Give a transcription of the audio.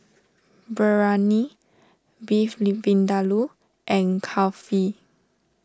Biryani Beef Vindaloo and Kulfi